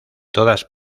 todas